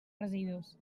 residus